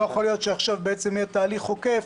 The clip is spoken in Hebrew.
לא יכול להיות שעכשיו יהיה תהליך עוקף,